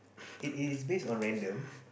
it is based on random